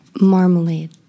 Marmalade